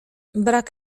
brak